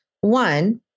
one